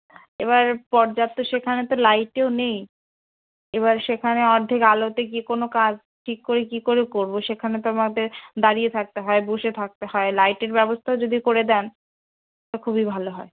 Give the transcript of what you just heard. এবার পর্যাপ্ত সেখানে তো লাইটও নেই এবার সেখানে অর্ধেক আলোতে গিয়ে কোনো কাজ ঠিক করে কী করে করবো সেখানে তো আমাদের দাঁড়িয়ে থাকতে হয় বসে থাকতে হয় লাইটের ব্যবস্থাও যদি করে দেন তো খুবই ভালো হয়